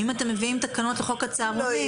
אם אתם מביאים תקנות לחוק הצהרונים,